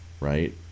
right